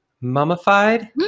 mummified